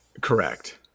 correct